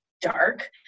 dark